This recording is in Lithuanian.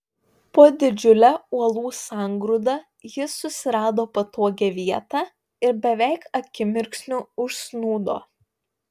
po didžiule uolų sangrūda jis susirado patogią vietą ir beveik akimirksniu užsnūdo